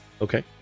Okay